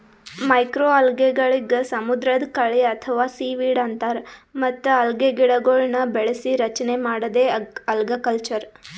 ಮೈಕ್ರೋಅಲ್ಗೆಗಳಿಗ್ ಸಮುದ್ರದ್ ಕಳಿ ಅಥವಾ ಸೀವೀಡ್ ಅಂತಾರ್ ಮತ್ತ್ ಅಲ್ಗೆಗಿಡಗೊಳ್ನ್ ಬೆಳಸಿ ರಚನೆ ಮಾಡದೇ ಅಲ್ಗಕಲ್ಚರ್